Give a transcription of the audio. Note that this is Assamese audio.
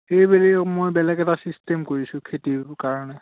এইবেলি মই আকৌ বেলেগ এটা চিষ্টেম কৰিছোঁ খেতিৰ কাৰণে